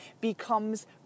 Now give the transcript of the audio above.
becomes